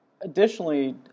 additionally